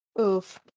Oof